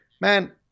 man